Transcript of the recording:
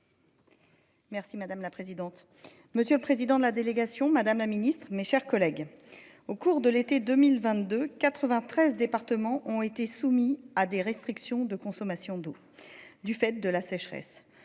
Merci madame la présidente, monsieur le président de la délégation Madame la Ministre, mes chers collègues. Au cours de l'été 2022. 93 départements ont été soumis à des restrictions de consommation d'eau du fait de la sécheresse,